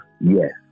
yes